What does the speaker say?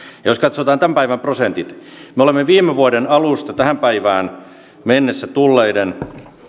jos katsotaan tämän päivän prosentit me olemme viime vuoden alusta tähän päivään mennessä tulleiden